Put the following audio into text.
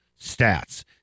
stats